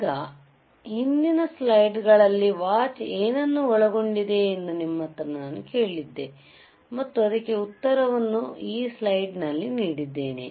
ಈಗ ಹಿಂದಿನ ಸ್ಲೈಡ್ ಗಳಲ್ಲಿ ವಾಚ್ ಏನನ್ನು ಒಳಗೊಂಡಿದೆ ಎಂದು ನಿಮಗೆ ಪ್ರಶ್ನೆ ಕೇಳಿದೆ ಮತ್ತು ಅದಕ್ಕೆ ಉತ್ತರವನ್ನು ಈ ಸ್ಲೈಡ್ ನಲ್ಲಿ ನೀಡಿದ್ದೇನೆ